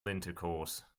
intercourse